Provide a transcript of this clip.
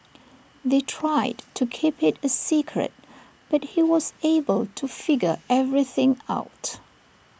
they tried to keep IT A secret but he was able to figure everything out